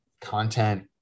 content